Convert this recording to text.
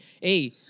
Hey